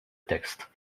texte